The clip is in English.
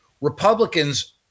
Republicans